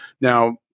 now